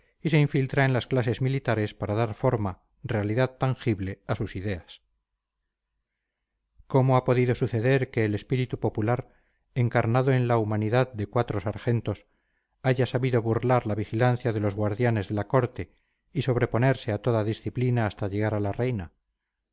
y se infiltra en las clases militares para dar forma realidad tangible a sus ideas cómo ha podido suceder que el espíritu popular encarnado en la humanidad de cuatro sargentos haya sabido burlar la vigilancia de los guardianes de la corte y sobreponerse a toda disciplina hasta llegar a la reina